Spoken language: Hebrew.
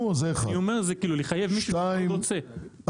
שתיים,